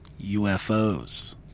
UFOs